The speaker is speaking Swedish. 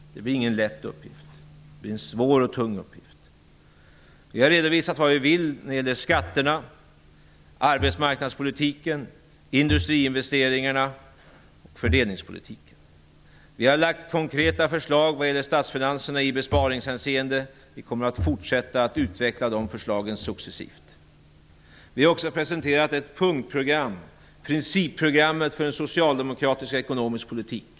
Det blir ingen lätt uppgift. Det blir en svår och tung uppgift. Vi har redovisat vad vi vill när det gäller skatterna, arbetsmarknadspolitiken, industriinvesteringarna och fördelningspolitiken. Vi har lagt fram konkreta förslag vad gäller statsfinanserna i besparingshänseende. Vi kommer att fortsätta att utveckla dessa förslag successivt. Vi har också presenterat ett punktprogram -- principprogrammet för den socialdemokratiska ekonomiska politiken.